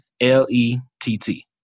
L-E-T-T